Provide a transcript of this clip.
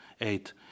eight